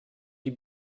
die